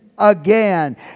Again